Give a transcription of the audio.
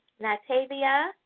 Natavia